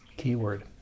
keyword